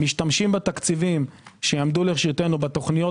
משתמשים בתקציבים שיעמדו לרשותנו בתוכניות